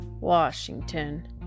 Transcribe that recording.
Washington